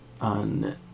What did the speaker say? on